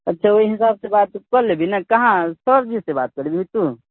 अच्छा ओहि हिसाबसँ बात कऽ लेबही ने कहाँ सरजीसँ बात करबिही तू